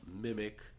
mimic